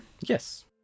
Yes